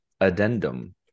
addendum